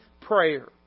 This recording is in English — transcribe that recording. prayer